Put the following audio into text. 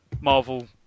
marvel